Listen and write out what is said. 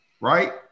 right